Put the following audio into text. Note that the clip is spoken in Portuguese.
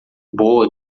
boa